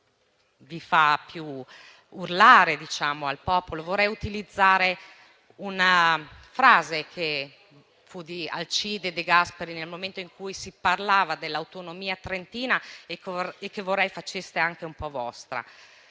vi fa più urlare davanti al popolo, vorrei utilizzare una frase che pronunciò Alcide De Gasperi nel momento in cui si parlava dell'autonomia trentina e che vorrei faceste vostra: